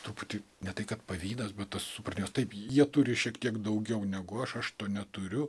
truputį ne tai kad pavydas bet tas supratimas taip jie turi šiek tiek daugiau negu aš aš to neturiu